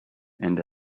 and